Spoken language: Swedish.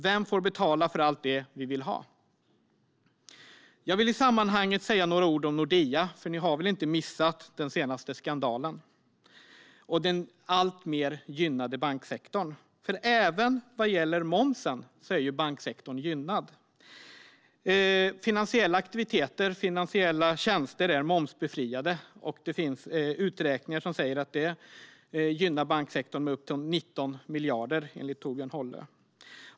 Vem får betala för allt det som vi vill ha? Jag vill i sammanhanget säga några ord om Nordea - för ni har säkert inte missat den senaste skandalen - och den alltmer gynnade banksektorn. Även när det gäller momsen är banksektorn gynnad. Finansiella aktiviteter och finansiella tjänster är momsbefriade, och det finns beräkningar som säger att det gynnar banksektorn med upp till 19 miljarder, enligt Torbjörn Hållö.